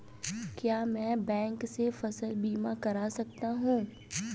क्या मैं बैंक से फसल बीमा करा सकता हूँ?